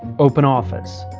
open office.